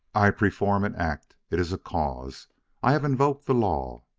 i perform an act. it is a cause i have invoked the law.